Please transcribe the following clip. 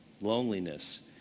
Loneliness